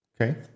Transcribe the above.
Okay